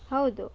ಹೌದು